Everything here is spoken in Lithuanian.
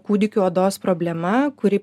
kūdikių odos problema kuri